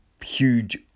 huge